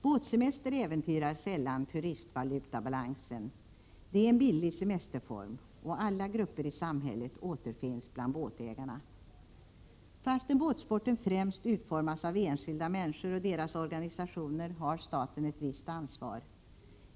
Båtsemester äventyrar sällan turistvalutabalansen — det är en billig semesterform — och alla grupper i samhället återfinns bland båtägarna. Fastän båtsporten främst utformas av enskilda människor och deras organisationer har staten ett visst ansvar.